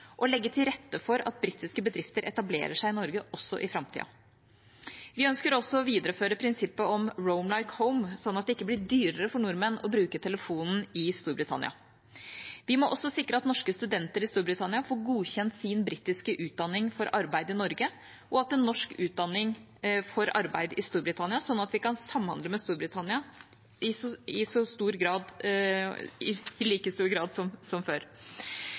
og legge til rette for at britiske bedrifter etablerer seg i Norge også i framtida. Vi ønsker også å videreføre prinsippet om «roam like home», slik at det ikke blir dyrere for nordmenn å bruke telefonen i Storbritannia. Vi må også sikre at norske studenter i Storbritannia får godkjent sin britiske utdanning for arbeid i Norge og norsk utdanning for arbeid i Storbritannia, slik at vi kan samhandle med Storbritannia i like stor grad som før. Fram til frihandelsavtalen trer i